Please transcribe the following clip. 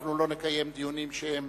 אנחנו לא נקיים דיונים שהם